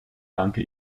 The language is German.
danke